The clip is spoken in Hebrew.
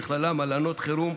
ובכללם הלנות חירום,